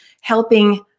helping